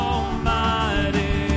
Almighty